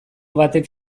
batek